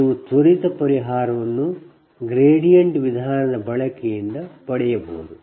ನೀವು ತ್ವರಿತ ಪರಿಹಾರವನ್ನು ಆ ಗ್ರೇಡಿಯಂಟ್ ವಿಧಾನದ ಬಳಕೆಯಿಂದ ಪಡೆಯಬಹುದು